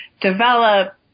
develop